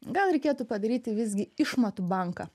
gal reikėtų padaryti visgi išmatų banką